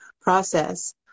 process